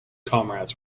comrades